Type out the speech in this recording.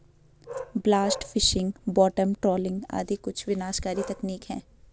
blast fishing, bottom trawling आदि कुछ विनाशकारी तकनीक है